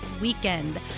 weekend